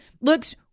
looks